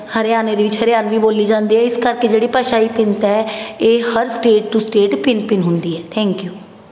ਹਰਿਆਣੇ ਦੇ ਵਿੱਚ ਹਰਿਆਣਵੀ ਬੋਲੀ ਜਾਂਦੀ ਹੈ ਇਸ ਕਰਕੇ ਜਿਹੜੀ ਭਾਸ਼ਾਈ ਭਿੰਨਤਾ ਹੈ ਇਹ ਹਰ ਸਟੇਟ ਟੂ ਸਟੇਟ ਭਿੰਨ ਭਿੰਨ ਹੁੰਦੀ ਹੈ ਥੈਂਕ ਯੂ